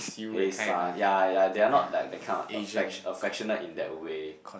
hey son ya ya they're not like they're kind of like affect~ affectionate in that way